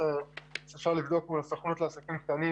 אפשר לבדוק מול הסוכנות לעסקים קטנים